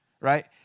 Right